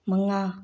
ꯃꯉꯥ